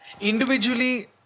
individually